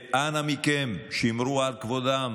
אנא מכם, שמרו על כבודם